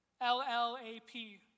L-L-A-P